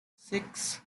six